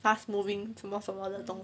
fast moving 什么什么的东西